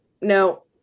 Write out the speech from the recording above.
No